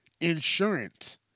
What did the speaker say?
insurance